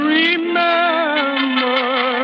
remember